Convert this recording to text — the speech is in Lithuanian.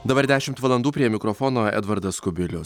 dabar dešimt valandų prie mikrofono edvardas kubilius